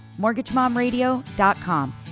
MortgageMomRadio.com